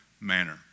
manner